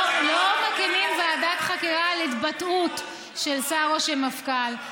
לא מקימים ועדת חקירה על התבטאות של שר או של מפכ"ל.